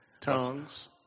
Tongues